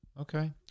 Okay